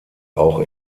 auch